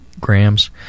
grams